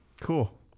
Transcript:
Cool